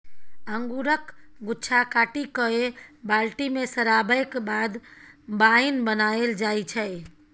अंगुरक गुच्छा काटि कए बाल्टी मे सराबैक बाद बाइन बनाएल जाइ छै